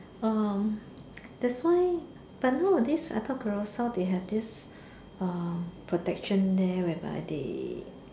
um that's why but nowadays I thought Carousell they have this protection there whereby they